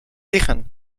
liegen